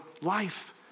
life